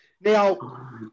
Now